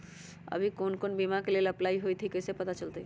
अभी कौन कौन बीमा के लेल अपलाइ होईत हई ई कईसे पता चलतई?